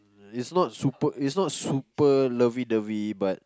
it's not super it's not super lovey dovey but